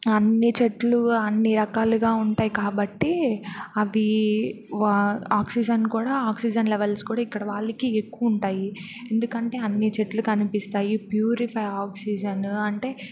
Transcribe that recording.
అన్ని చెట్లు అన్ని రకాలుగా ఉంటాయి కాబట్టి అవి వా ఆక్సిజన్ కూడా ఆక్సిజన్ లెవెల్స్ కూడా ఇక్కడ వాళ్ళకి ఎక్కువ ఉంటాయి ఎందుకంటే అన్ని చెట్లు కనిపిస్తాయి ప్యూరిఫై ఆక్సిజన్ అంటే